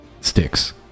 sticks